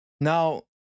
Now